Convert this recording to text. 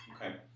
Okay